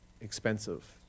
expensive